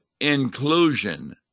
Inclusion